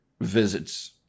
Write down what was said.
visits